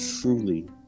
truly